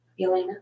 Elena